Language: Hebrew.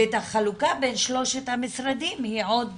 והחלוקה בין שלושת המשרדים היא עוד